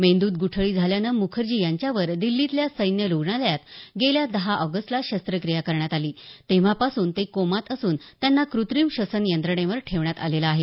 मेंद्रत गुठळी झाल्यानं मुखर्जी यांच्यावर दिछीतल्या सैन्य रुग्णालयात गेल्या दहा ऑगस्टला शस्त्रक्रिया करण्यात आली तेव्हापासून ते कोमात असून त्यांना कृत्रीम श्वसन यंत्रणेवर ठेवण्यात आलेलं आहे